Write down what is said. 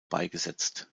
beigesetzt